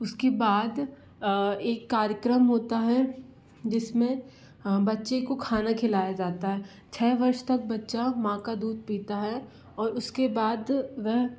उसके बाद एक कार्यक्रम होता है जिसमें बच्चे को खाना खिलाया जाता है छः वर्ष तक बच्चा माँ का दूध पीता है और उसके बाद वह